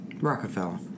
Rockefeller